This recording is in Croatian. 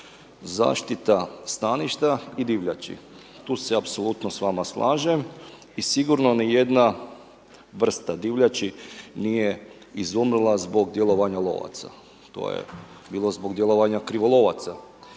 zaštita staništa i divljači. Tu se apsolutno s vama slažem i sigurno ni jedna vrsta divljači nije izumrla zbog djelovanja lovaca. To je bilo zbog djelovanja krivolovaca.